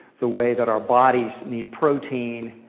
the way that our bodies need protein,